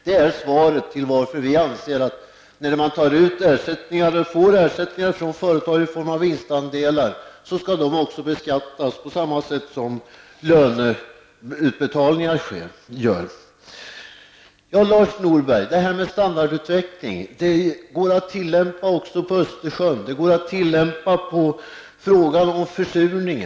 Det är förklaringen till att vi anser att när de anställda får ersättning från företag i form av vinstandelar skall dessa beskattas på samma sätt som lön beskattas. Det här med standardutveckling, Lars Norberg, går att tillämpa också när man talar om Östersjön och om försurning.